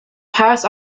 paris